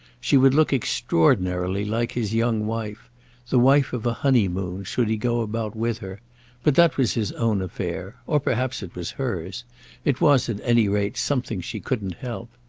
she would look extraordinarily like his young wife the wife of a honeymoon, should he go about with her but that was his own affair or perhaps it was hers it was at any rate something she couldn't help.